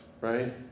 right